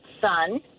son